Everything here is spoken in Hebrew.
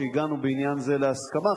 שהגענו בעניין זה להסכמה,